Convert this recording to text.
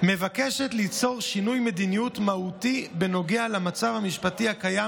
מבקשת ליצור שינוי מדיניות מהותי בנוגע למצב המשפטי הקיים